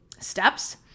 steps